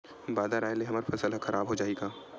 बादर आय ले हमर फसल ह खराब हो जाहि का?